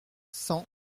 cent